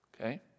okay